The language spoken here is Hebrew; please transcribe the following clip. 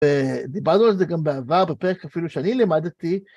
דיברנו על זה גם בעבר, בפרק שאפילו שאני לימדתי.